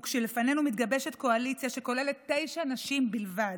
וכשלפנינו מתגבשת קואליציה שכוללת תשע נשים בלבד,